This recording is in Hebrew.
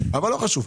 אבל לא חשוב.